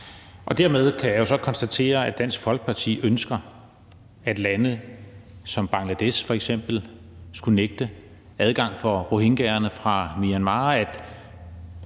Dermed kan jeg så konstatere, at Dansk Folkeparti ønsker, at lande som f.eks. Bangladesh skulle nægte adgang for rohingyaerne fra Myanmar,